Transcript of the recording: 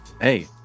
Hey